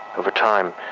over time,